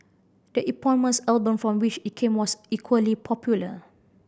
the eponymous album from which it came was equally popular